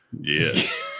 Yes